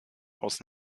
aus